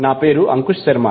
నా పేరు అంకుష్ శర్మ